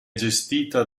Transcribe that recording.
gestita